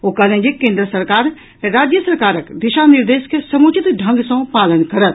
ओ कहलनि जे केन्द्र सरकार राज्य सरकारक दिशा निर्देश के समुचित ढ़ंग सॅ पालन करत